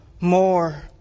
more